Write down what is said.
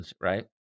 right